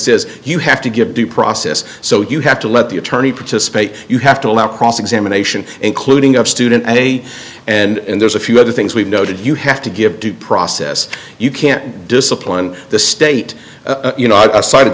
is you have to give due process so you have to let the attorney participate you have to allow cross examination including a student and a and there's a few other things we've noted you have to give due process you can't discipline the state you know